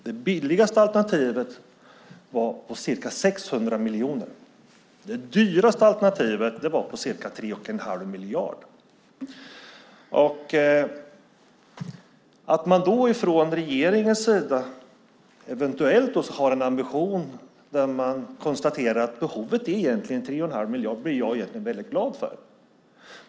Det billigaste alternativet var på ca 600 miljoner. Det dyraste alternativet var på ca 3 1⁄2 miljard. Att regeringen då har den ambitionen och konstaterar att behovet egentligen är 3 1⁄2 miljard blir jag mycket glad för.